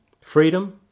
freedom